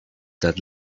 that